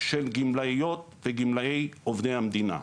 של גמלאי וגמלאיות עובדי המדינה,